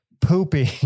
pooping